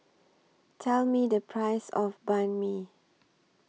Tell Me The Price of Banh MI